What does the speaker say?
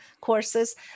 courses